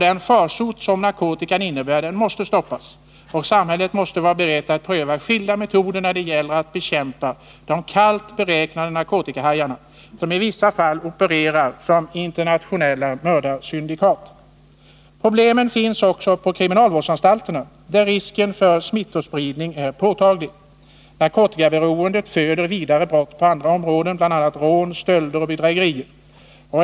Den farsot som narkotikan innebär måste stoppas, och samhället måste vara berett att pröva skilda metoder när det gäller att bekämpa de kallt beräknande narkotikahajarna som i vissa fall opererar som internationella mördarsyndikat. Problemen finns också på kriminalvårdsanstalterna, där risken för smittospridning är påtaglig. Narkotikaberoendet föder vidare brott på andra områden, bl.a. rån, stölder och bedrägerier.